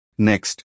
Next